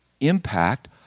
impact